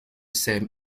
same